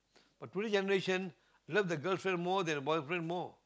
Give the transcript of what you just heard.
but today generation love the girlfriend more than the boyfriend more